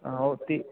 हां ओह् ती